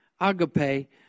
agape